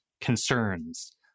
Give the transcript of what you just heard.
concerns